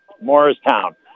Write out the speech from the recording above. Morristown